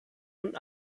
und